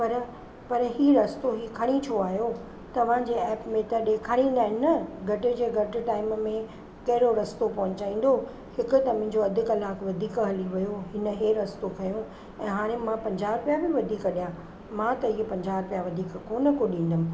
पर पर हीउ रस्तो ई खणी छो आहियो तव्हांजे एप में त ॾेखारींदा आहिनि न घटि जे घटि टाइम में कहिड़ो रस्तो पहुचाईंदो हिक त मुंहिंजो अधु कलाकु वधीक हली वियो हिन हे रस्तो खयों ऐं हाणे मां पंजाहु रुपिया बि वधीक ॾियां मां त इहे पंजाहु रुपिया वधीक कोन्ह को ॾींदमि